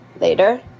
later